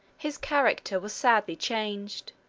his character was sadly changed.